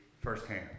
firsthand